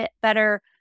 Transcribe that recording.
better